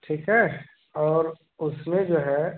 ठीक है और उसमें जो है